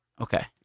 Okay